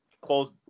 close